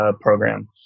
program